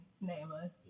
nameless